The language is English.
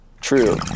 true